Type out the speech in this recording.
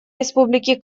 республики